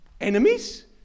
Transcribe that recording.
Enemies